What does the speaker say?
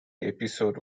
episode